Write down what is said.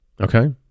Okay